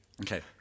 Okay